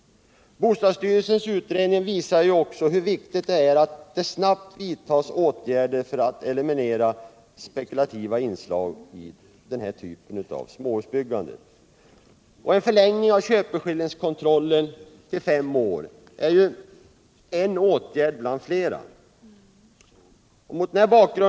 Bostadsstyrelsens utredning visar hur viktigt det är att åtgärder snabbt vidtas för att eliminera spekulativa inslag i denna typ av småhusbyggande. En förlängning av köpeskillingskontrollen till fem år är en åtgärd bland Mera.